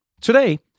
Today